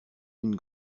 une